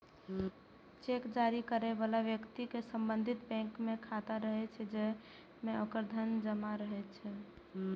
cheque जारी करै बला व्यक्ति के संबंधित बैंक मे खाता रहै छै, जाहि मे ओकर धन जमा रहै छै